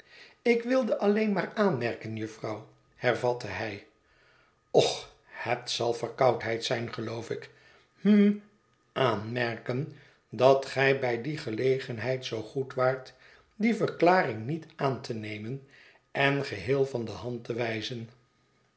ik wilde alleen maar aanmerken jufvrouw hervatte hij och het zal verkoudheid zijn geloof ik hm aanmerken dat gij bij die gelegenheid zoo goed waart die verklaring niet aan te nemen en geheel van de hand te wijzen